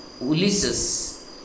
Ulysses